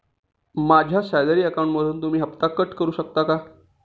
माझ्या सॅलरी अकाउंटमधून तुम्ही हफ्ता कट करू शकता का?